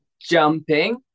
Jumping